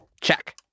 Check